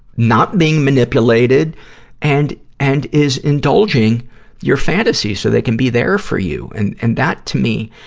not being manipulated and, and is indulging your fantasies so they can be there for you. and, and that, to me,